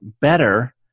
better